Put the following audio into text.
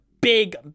big